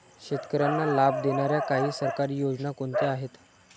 शेतकऱ्यांना लाभ देणाऱ्या काही सरकारी योजना कोणत्या आहेत?